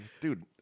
dude